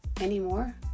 anymore